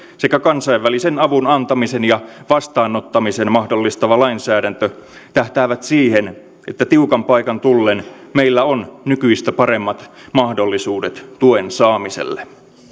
sekä kansainvälisen avun antamisen ja vastaanottamisen mahdollistava lainsäädäntö tähtäävät siihen että tiukan paikan tullen meillä on nykyistä paremmat mahdollisuudet tuen saamiselle